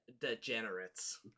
degenerates